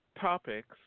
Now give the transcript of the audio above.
topics